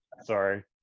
sorry